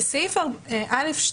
בסעיף קטן (א2)